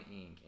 ink